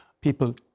People